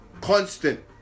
constant